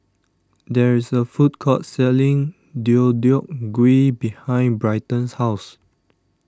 there is a food court selling Deodeok Gui behind Bryton's house